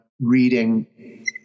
reading